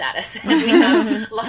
status